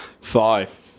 Five